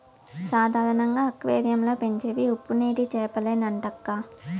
సాధారణంగా అక్వేరియం లో పెంచేవి ఉప్పునీటి చేపలేనంటక్కా